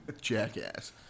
jackass